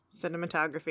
Cinematography